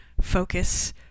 focus